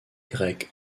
grec